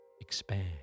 expand